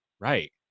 Right